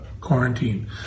quarantine